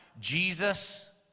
Jesus